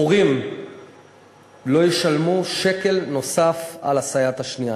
הורים לא ישלמו שקל נוסף על הסייעת השנייה,